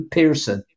Pearson